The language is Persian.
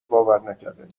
باورنکردنی